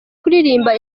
kuririmba